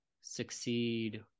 succeed